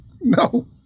No